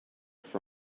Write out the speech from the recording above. for